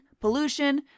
pollution